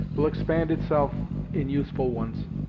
will expand itself in useful ones.